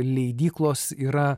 leidyklos yra